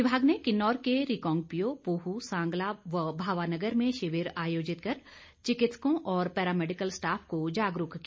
विभाग ने किन्नौर के रिकांगपिओ पूह सांगला भावा नगर में शिविर आयोजित कर चिकित्सकों और पैरामैडिकल स्टॉफ को जागरूक किया